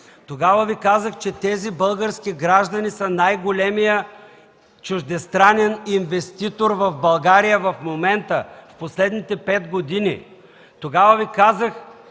Тогава Ви казах, че тези български граждани са най-големият чуждестранен инвеститор в България в момента – в последните пет години.